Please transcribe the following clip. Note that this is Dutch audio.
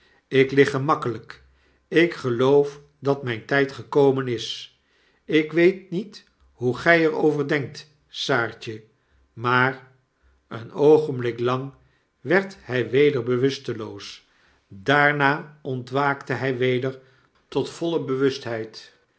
gemakkelgk ik geloof dat mgn tgd gekomen is ik weet niet hoe gij er over denkt saartje maar een oogenblik lang werd hg weder bewusteloos daarna ontwaakte hg weder tot voile